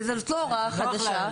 וזאת לא הוראה חדשה.